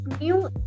new